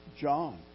John